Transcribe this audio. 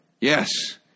Yes